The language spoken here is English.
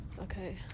Okay